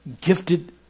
gifted